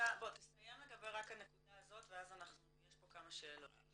תסיים רק לגבי הנקודה הזאת ואז יש פה כמה שאלות.